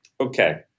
Okay